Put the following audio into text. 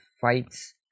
fights